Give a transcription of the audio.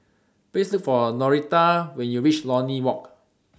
Please Look For Norita when YOU REACH Lornie Walk